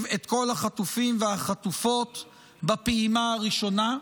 את כל החטופים והחטופות בפעימה הראשונה,